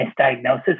misdiagnosis